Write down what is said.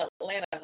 Atlanta